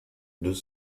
deux